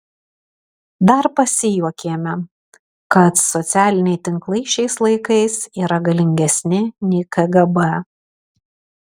dar pasijuokėme kad socialiniai tinklai šiais laikais yra galingesni nei kgb